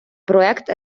проект